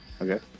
okay